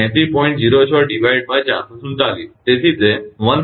06447 છે તેથી 179